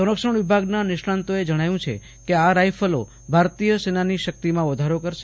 સંરક્ષણ વિભાગના નિષ્ણાંતો એ જણાવ્યું છે કે આ રાઇફલો ભારતીય સેનાની શક્તિમાં વધારો કરશે